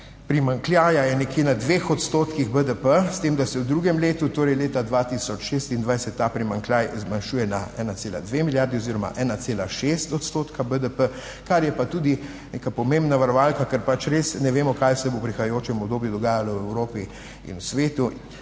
primanjkljaja je nekje na 2 odstotkih BDP, s tem, da se v drugem letu, torej leta 2026, ta primanjkljaj zmanjšuje na 1,2 milijardi oziroma 1,6 odstotka BDP, kar je pa tudi neka pomembna varovalka, ker pač res ne vemo kaj se bo v prihajajočem obdobju dogajalo v Evropi in v svetu.